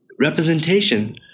representation